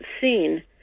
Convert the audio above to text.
seen